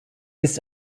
ist